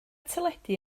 teledu